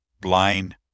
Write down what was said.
blind